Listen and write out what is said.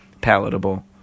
palatable